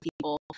people